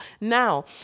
now